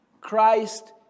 Christ